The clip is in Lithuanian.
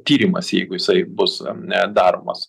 tyrimas jeigu jisai bus ne darbas